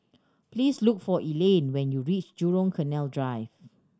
please look for Elayne when you reach Jurong Canal Drive